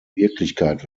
wirklichkeit